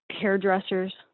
hairdressers